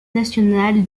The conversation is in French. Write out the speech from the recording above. national